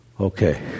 Okay